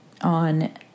on